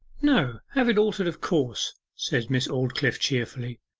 no have it altered, of course said miss aldclyffe cheerfully.